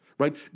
right